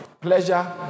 pleasure